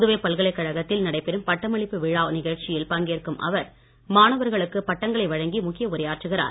புதுவை பல்கலைக்கழகத்தில் நடைபெறும் பட்டமளிப்பு விழா நிகழ்ச்சியில் பங்கேற்கும் அவர் மாணவர்களுக்கு பட்டங்களை வழங்கி முக்கிய உரையாற்றுகிறார்